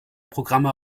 programme